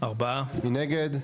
מי נגד?